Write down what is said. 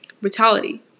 brutality